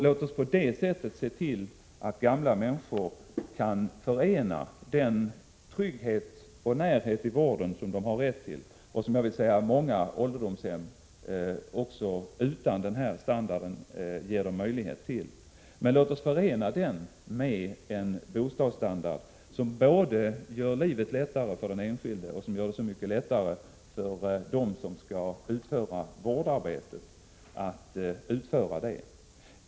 Låt oss se till att gamla människor kan förena den trygghet och närhet i vården som de har rätt till, och som — det vill jag säga — många ålderdomshem även utan denna standard ger dem möjlighet till, med en bostadsstandard som både gör livet lättare för den enskilde och gör vårdarbetet enklare att utföra för dem som skall sköta det.